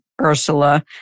Ursula